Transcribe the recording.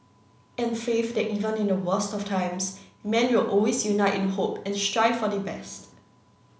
and faith that even in the worst of times man will always unite in hope and strive for the best